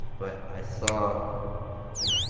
but i saw like,